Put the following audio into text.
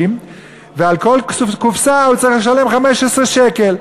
ועל כל קופסה הוא צריך לשלם 15 שקל.